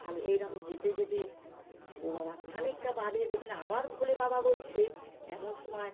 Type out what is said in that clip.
ভালো এরকম যেতে যেতে ও বাবা খানিকটা বাদে দেখি না আবার ভোলে বাবা বলছে এমন সময়